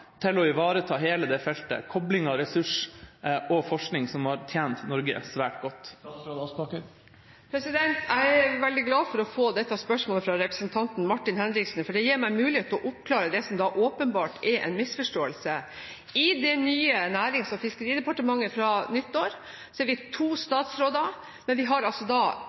til å ivareta hele dette feltet – koblinga mellom ressurs og forskning, som har tjent Norge svært godt. Jeg er veldig glad for å få dette spørsmålet fra representanten Martin Henriksen, for det gir meg mulighet til å oppklare det som åpenbart er en misforståelse. I det nye Nærings- og fiskeridepartementet fra nyttår er vi to statsråder, men vi har